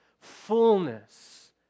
fullness